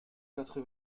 quatre